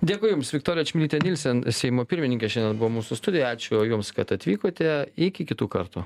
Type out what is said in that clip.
dėkui jums viktorija čmilytė nielsen seimo pirmininkė šiandien buvo mūsų studijoj ačiū jums kad atvykote iki kitų kartų